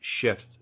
shift